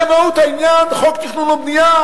זה מהות העניין בחוק התכנון והבנייה?